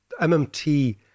MMT